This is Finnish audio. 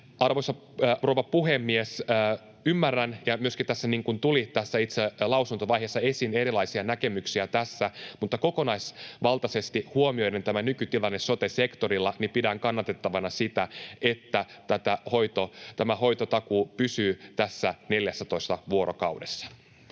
Arvoisa rouva puhemies! Ymmärrän ja myöskin tässä itse lausuntovaiheessa tuli esiin erilaisia näkemyksiä, mutta kokonaisvaltaisesti huomioiden tämän nykytilanteen sote-sektorilla pidän kannatettavana, että tämä hoitotakuu pysyy tässä 14 vuorokaudessa.